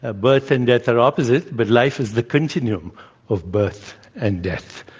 ah birth and death are opposite, but life is the continuum of birth and death.